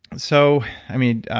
so, i mean,